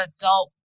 adult